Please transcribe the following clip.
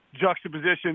juxtaposition